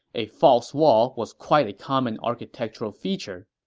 a false wall was quite a common architectural feature.